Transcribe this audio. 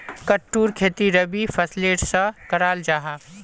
कुट्टूर खेती रबी फसलेर सा कराल जाहा